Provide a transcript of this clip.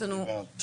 הצבעה בעד,